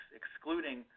excluding